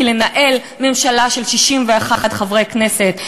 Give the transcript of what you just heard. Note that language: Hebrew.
כי לנהל ממשלה של 61 חברי כנסת,